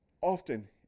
Often